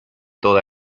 toda